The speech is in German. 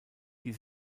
die